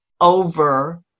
over